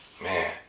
man